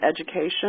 education